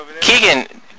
Keegan